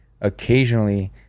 occasionally